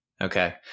Okay